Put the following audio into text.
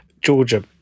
Georgia